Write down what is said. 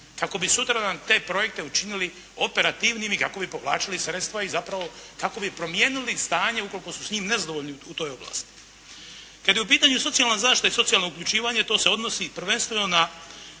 kako bi sutradan te projekte učinili operativnim i kako bi povlačili sredstva i zapravo kako bi promijenili stanje ukoliko su s njim nezadovoljni u toj oblasti. Kad je u pitanju socijalna zaštita i socijalno uključivanje to se odnosi prvenstveno na